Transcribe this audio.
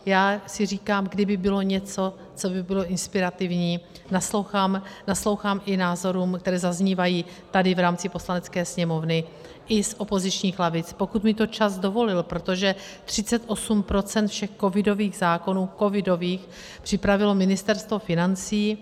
Já si říkám, kdyby bylo něco, co by bylo inspirativní, naslouchám i názorům, které zaznívají tady v rámci Poslanecké sněmovny i z opozičních lavic, pokud mi to čas dovolil, protože 38 % všech covidových zákonů připravilo Ministerstvo financí.